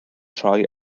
troi